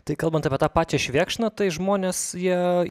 tai kalbant apie tą pačią švėkšną tai žmonės jie